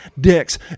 Dicks